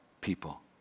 people